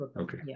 Okay